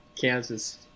kansas